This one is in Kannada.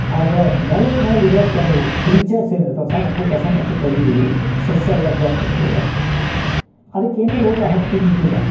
ಆದರೆ ನೆಲದ್ಮೇಲೆ ಇರೋ ಕೆಲವು ಕ್ರೀಚರ್ಸ್ ಏನು ಇರ್ತವು ಸಣ್ಣ ಪುಟ್ಟ ಸಣ್ಣ ಪುಟ್ಟ ಈ ಸಸ್ಯ ವರ್ಗ ಏನು ಇರ್ತದೆ ಅದಕ್ಕೇನು ರೋಗ ಹತ್ತಿದ್ದಿಲ್ಲ